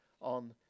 on